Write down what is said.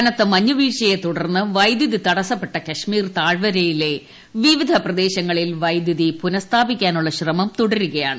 കൂന്ത്ത മഞ്ഞ് വീഴ്ചയെ തുടർന്ന് വൈദ്യുതി തടസപ്പെട്ടു കാശ്മീർ താഴ്വരയിലെ വിവിധ പ്രദേശങ്ങളിൽ വൈദ്യുതി പുനസ്ഥാപിക്കാനുള്ള ശ്രമം തുടരുകയാണ്